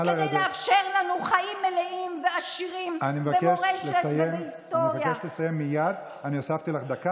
יש לך ואחד דבשת, ואחד דבשת.